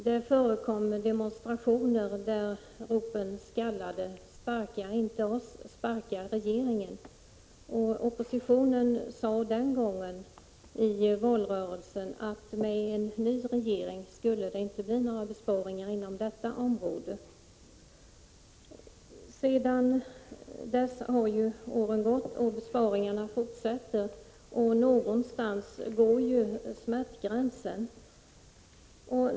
Det förekom demonstrationer, där ropen skallade: ”Sparka inte oss, sparka regeringen!” Oppositionen sade den gången i valrörelsen att med en ny regering skulle det inte bli några besparingar inom detta område. Sedan dess har åren gått och besparingarna fortsätter; någonstans finns smärtgränsen.